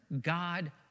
god